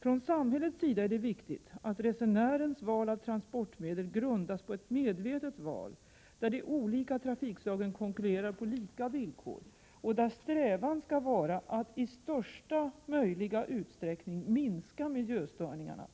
Från samhällets sida är det viktigt att resenärens val av transportmedel grundas på ett medvetet val där de olika trafikslagen konkurrerar på lika villkor och där strävan skall vara att i största möjliga utsträckning minska miljöstörningarna.